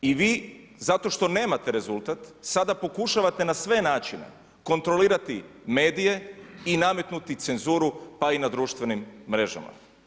I vi zato što nemate rezultat, sada pokušavate na sve načine, kontrolirati medije i nametnuti cenzuru pa i na društvenim mrežama.